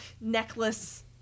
necklace